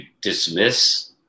dismiss